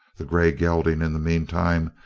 the grey gelding, in the meantime,